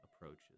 approaches